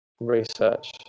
research